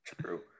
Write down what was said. true